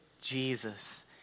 jesus